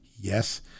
yes